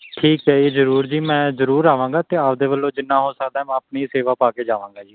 ਠੀਕ ਹੈ ਜੀ ਜ਼ਰੂਰ ਜੀ ਮੈਂ ਜ਼ਰੂਰ ਆਵਾਂਗਾ ਅਤੇ ਆਪਣੇ ਵੱਲੋਂ ਜਿੰਨਾ ਹੋ ਸਕਦਾ ਮੈਂ ਆਪਣੀ ਸੇਵਾ ਪਾ ਕੇ ਜਾਵਾਂਗਾ ਜੀ